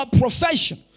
profession